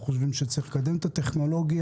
אנחנו חושבים שצריך לקדם את הטכנולוגיה